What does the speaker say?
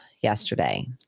yesterday